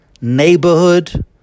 neighborhood